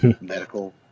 medical